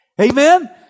Amen